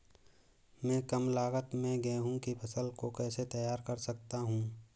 मैं कम लागत में गेहूँ की फसल को कैसे तैयार कर सकता हूँ?